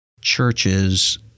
Churches